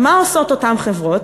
מה עושות אותן חברות?